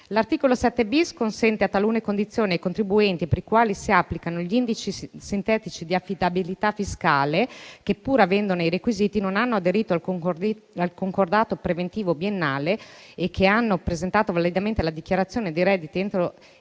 L'articolo 7-*bis* consente a talune condizioni ai contribuenti per i quali si applicano gli indici sintetici di affidabilità fiscale che, pur avendone i requisiti, non hanno aderito al concordato preventivo biennale e che hanno presentato validamente la dichiarazione dei redditi entro